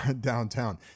downtown